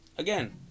again